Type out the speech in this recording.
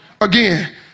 again